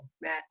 Matt